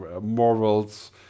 morals